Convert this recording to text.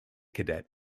cadet